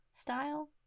style